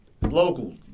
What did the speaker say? local